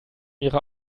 ihre